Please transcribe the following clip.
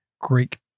Greek